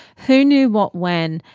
who knew what, when?